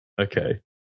Okay